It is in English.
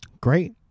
Great